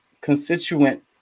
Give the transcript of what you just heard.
constituent